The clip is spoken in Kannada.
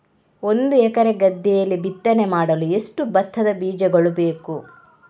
ಒಂದು ಎಕರೆ ಗದ್ದೆಯಲ್ಲಿ ಬಿತ್ತನೆ ಮಾಡಲು ಎಷ್ಟು ಭತ್ತದ ಬೀಜಗಳು ಬೇಕು?